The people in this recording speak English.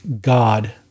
God